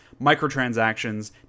microtransactions